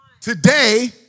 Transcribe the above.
today